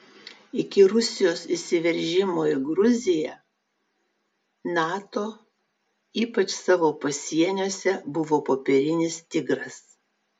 iki rusijos įsiveržimo į gruziją nato ypač savo pasieniuose buvo popierinis tigras